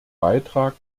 beitrag